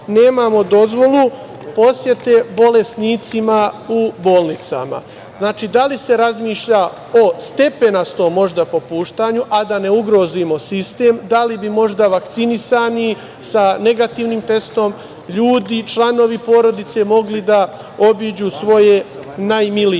nemamo dozvolu posete bolesnicima u bolnicama. Znači, da li se razmišlja o stepenastom možda popuštanju, a da ne ugrozimo sistem? Da li bi možda vakcinisani sa negativnim testom ljudi, članovi porodice mogli da obiđu svoje najmilije? Treće